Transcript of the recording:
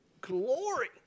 Glory